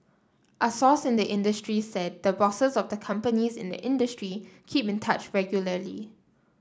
a source in the industry said the bosses of the companies in the industry keep in touch regularly